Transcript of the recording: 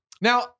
Now